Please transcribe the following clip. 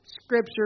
scripture